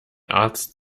arzt